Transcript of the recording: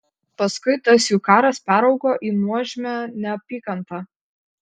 paskui tas jų karas peraugo į nuožmią neapykantą